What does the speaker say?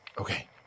Okay